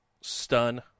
stun